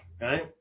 right